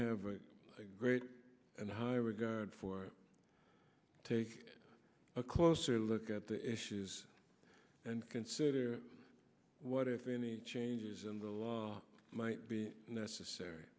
have a great and high regard for take a closer look at the issues and consider what if any changes in the law might be necessary